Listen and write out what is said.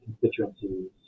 constituencies